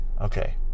Okay